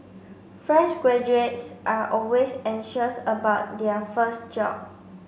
fresh graduates are always anxious about their first job